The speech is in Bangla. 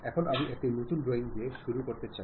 এখন আমি একটি নতুন ড্রয়িং দিয়ে শুরু করতে চাই